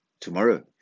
tomorrow